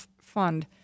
fund